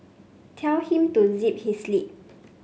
tell him to zip his lip